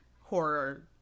horror